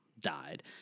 died